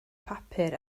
papur